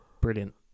Brilliant